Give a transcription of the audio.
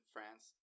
France